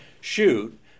shoot